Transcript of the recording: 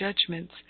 judgments